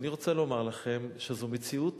ואני רוצה לומר לכם שזו מציאות